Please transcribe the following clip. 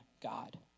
God